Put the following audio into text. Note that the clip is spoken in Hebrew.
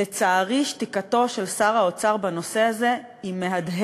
לצערי, שתיקתו של שר האוצר בנושא הזה מהדהדת.